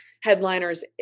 headliners